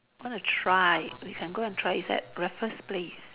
want to try we can go and try it's at Raffles Place